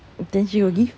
then she got give